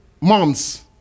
moms